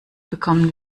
bekommen